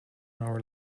our